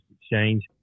exchange